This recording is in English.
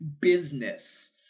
business